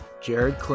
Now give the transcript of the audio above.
Jared